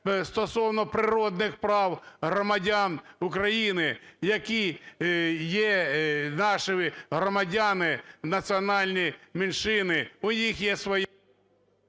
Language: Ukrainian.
стосовно природних прав громадян України, які є наші громадяни, національні меншини, у них є…